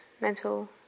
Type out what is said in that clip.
mental